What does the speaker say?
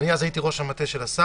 אני אז הייתי ראש המטה של השר,